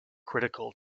critical